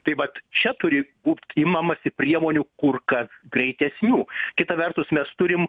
tai vat čia turi būt imamasi priemonių kur kas greitesnių kita vertus mes turim